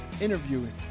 interviewing